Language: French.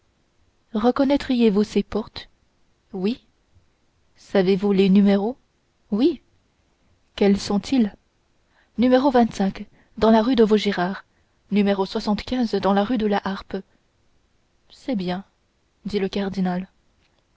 reconnaîtriez vous ces portes oui savez-vous les numéros oui quels sont-ils dans la rue de vaugirard numéro dans la rue de la harpe c'est bien dit le cardinal